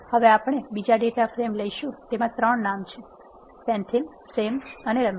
હવે આપણે બીજી ડેટા ફ્રેમ લઈશું જેમાં 3 નામ છે સેન્થિલ સેમ અને રમેશ